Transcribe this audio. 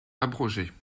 abrogée